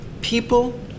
people